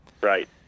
Right